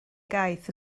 gaeth